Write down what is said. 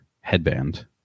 headband